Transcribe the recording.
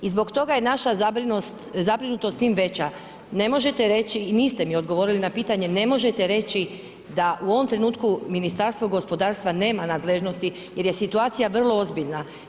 I zbog toga je naša zabrinutost s tim veća, ne možete reći i niste mi odgovorili na pitanje, ne možete reći da u ovom trenutku Ministarstvo gospodarstva nema nadležnosti jer je situacija vrlo ozbiljna.